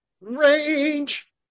range